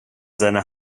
seine